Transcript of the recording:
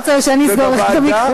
אתה לא רוצה שאני אסגור לך את המיקרופון.